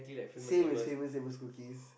same as Famous-Amos cookies